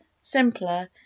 simpler